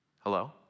Hello